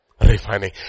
Refining